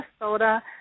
Minnesota